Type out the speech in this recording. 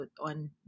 on